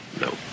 no